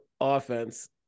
offense